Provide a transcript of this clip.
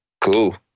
Cool